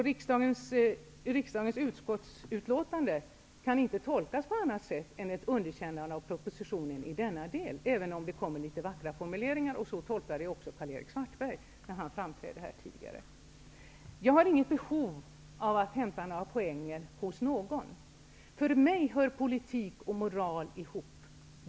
Riksdagens utskottsbetänkande kan inte tolkas på annat sätt än som ett underkännande av propositionen i denna del, även om en del vackra formuleringar har gjorts. Även Karl-Erik Svartberg gjorde den tolkningen när han framträdde här tidigare. Jag har inget behov av att hämta några poäng hos någon. För mig hör politik och moral ihop.